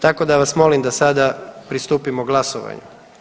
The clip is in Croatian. Tako da vas molim da sada pristupimo glasovanju.